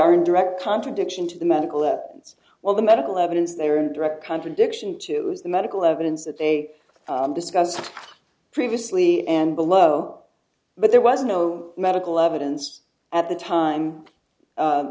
are in direct contradiction to the medical that well the medical evidence they are in direct contradiction to is the medical evidence that they discussed previously and below but there was no medical evidence at the time